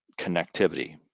connectivity